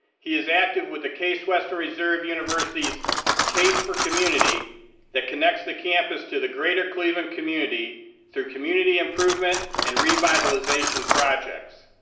he is active with the case western reserve university's case for community that connects the campus to the greater cleveland community through community improvement and revitalization projects.